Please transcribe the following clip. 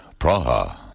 Praha